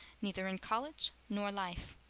neither in college nor life.